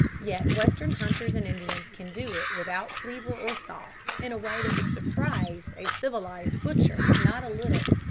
yet western hunters and indians can do it without cleaver or saw, in a way that would surprise a civilised butcher not a little.